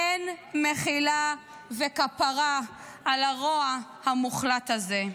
אין מחילה וכפרה על הרוע המוחלט הזה.